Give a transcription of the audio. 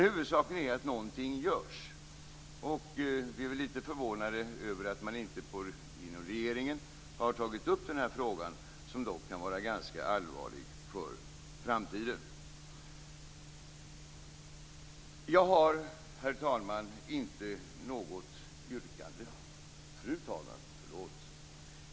Huvudsaken är att någonting görs. Vi är litet förvånade över att man inte inom regeringen har tagit upp frågan, som dock kan vara ganska allvarlig för framtiden. Fru talman!